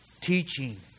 teaching